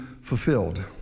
fulfilled